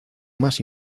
más